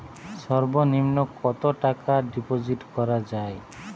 সর্ব নিম্ন কতটাকা ডিপোজিট করা য়ায়?